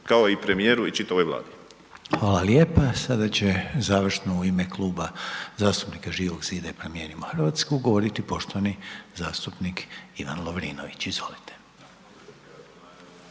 Vladi. **Reiner, Željko (HDZ)** Hvala lijepa. Sada će završno u ime Kluba zastupnika Živog zida i Promijenimo Hrvatsku govoriti poštovani zastupnik Ivan Lovrinović. Izvolite.